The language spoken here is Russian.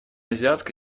азиатско